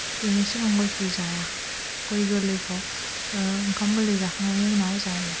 बेनि सिगां गयखौ जाया गय गोरलैखौ ओंखाम गोरलै जाखांनायनि उनाव जायो